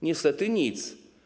Niestety nic.